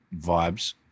vibes